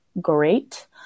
great